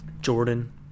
Jordan